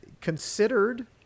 considered